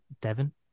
Devon